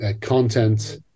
content